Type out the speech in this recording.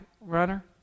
runner